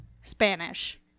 Spanish